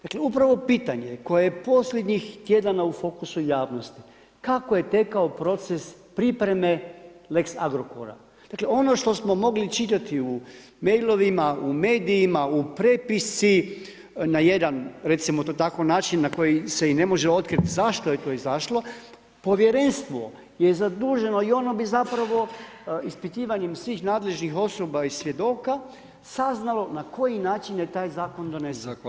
Dakle upravo pitanje koje je posljednjih tjedana u fokusu javnosti, kako je tekao proces pripreme lex Agrokora, dakle ono što smo mogli čitati u mailovima, u medijima, u prepisci na jedan recimo to tako način, na koji se i ne može otkrit zašto je to izašlo, povjerenstvo je zaduženo i ono bi zapravo ispitivanjem svih nadležnih osoba i svjedoka saznalo na koji način je taj zakon donesen.